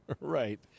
Right